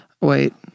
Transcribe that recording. Wait